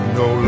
no